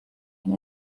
and